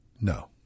No